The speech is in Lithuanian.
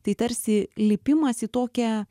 tai tarsi lipimas į tokią